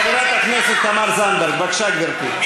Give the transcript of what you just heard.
חברת הכנסת תמר זנדברג, בבקשה, גברתי.